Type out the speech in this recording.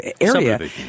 area